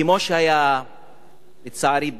כמו שהיה לצערי בקיץ,